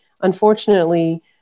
unfortunately